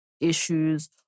issues